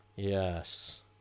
Yes